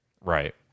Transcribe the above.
Right